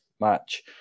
match